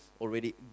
already